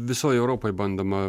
visoj europoj bandoma